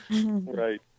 Right